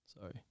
Sorry